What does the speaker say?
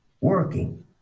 Working